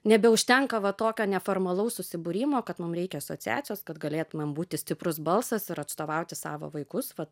nebeužtenka va tokio neformalaus susibūrimo kad mum reikia asociacijos kad galėtumėm būti stiprus balsas ir atstovauti savo vaikus va